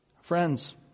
Friends